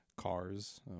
Cars